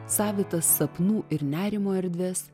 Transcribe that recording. savitą sapnų ir nerimo erdves